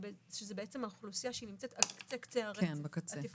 וזו האוכלוסייה שנמצאת על קצה-קצה הרצף התפקודי-חינוכי.